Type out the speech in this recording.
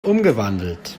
umgewandelt